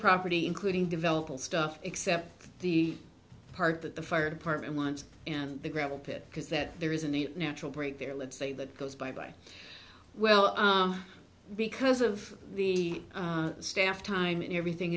property including development stuff except the part that the fire department wants and the gravel pit because that there isn't a natural break there let's say that goes by by well because of the staff time and everything